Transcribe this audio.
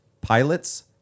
pilots